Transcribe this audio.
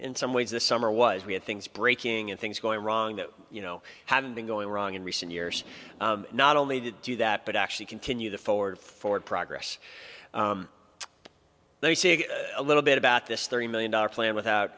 in some ways this summer was we had things breaking and things going wrong that you know haven't been going wrong in recent years not only to do that but actually continue the forward forward progress they say a little bit about this thirty million dollars plan without